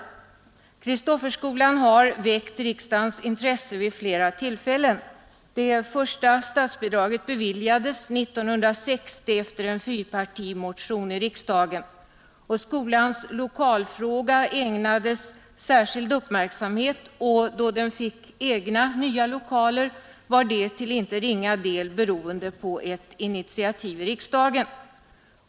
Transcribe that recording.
Kristofferskolan har väckt riksdagens intresse vid flera tillfällen. Det första statsbidraget beviljades 1960 efter en fyrpartimotion i riksdagen. Skolans lokalfråga har ägnats särskild uppmärksamhet, och då skolan fick egna nya lokaler var det till inte ringa del beroende på ett initiativ i riksdagen.